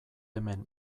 hemen